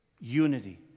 unity